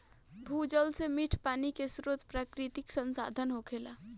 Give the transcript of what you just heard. भूजल से मीठ पानी के स्रोत प्राकृतिक संसाधन होखेला